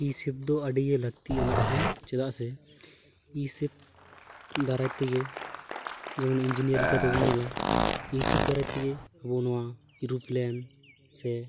E ᱥᱮᱯ ᱫᱚ ᱟᱹᱰᱤᱜᱮ ᱞᱟᱹᱠᱛᱤᱭᱟᱱᱟᱜ ᱠᱟᱱᱟ ᱪᱮᱫᱟᱜ ᱥᱮ ᱤ ᱥᱮᱯ ᱫᱟᱨᱟᱭ ᱛᱮᱜᱮ ᱡᱮᱢᱚᱱ ᱤᱧᱡᱤᱱᱤᱭᱟᱨ ᱞᱮᱠᱟᱛᱮᱵᱚᱱ ᱧᱮᱞᱟ ᱤ ᱥᱮᱯ ᱫᱟᱨᱟᱭ ᱛᱮᱜᱮ ᱟᱵᱚ ᱱᱚᱣᱟ ᱮᱨᱳᱯᱞᱮᱱ ᱥᱮ